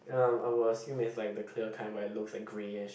ya I would assume it's like the clear kind but it looks like greyish